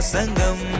Sangam